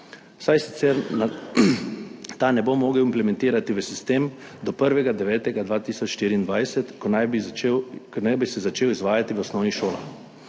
ta ne bo mogel implementirati v sistem do 1. 9. 2024, ko naj bi se začel izvajati v osnovnih šolah.